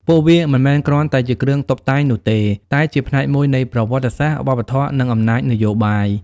ពួកវាមិនមែនគ្រាន់តែជាគ្រឿងតុបតែងនោះទេ តែជាផ្នែកមួយនៃប្រវត្តិសាស្ត្រ វប្បធម៌ និងអំណាចនយោបាយ។